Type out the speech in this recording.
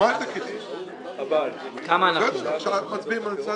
כמה נשאר ברזרבה?